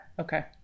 Okay